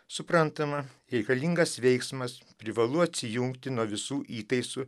suprantama reikalingas veiksmas privalu atsijungti nuo visų įtaisų